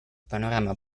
panorama